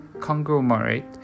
conglomerate